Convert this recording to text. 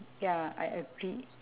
ya I agree